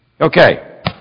Okay